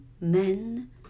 men